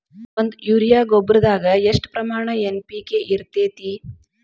ಒಂದು ಯೂರಿಯಾ ಗೊಬ್ಬರದಾಗ್ ಎಷ್ಟ ಪ್ರಮಾಣ ಎನ್.ಪಿ.ಕೆ ಇರತೇತಿ?